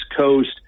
coast